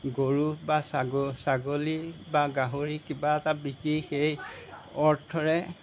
গৰু বা ছাগলী বা গাহৰি কিবা এটা বিকি সেই অৰ্থৰে